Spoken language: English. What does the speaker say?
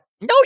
No